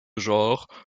genre